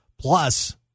Plus